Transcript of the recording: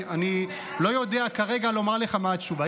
אני לא יודע כרגע לומר לך מה התשובה,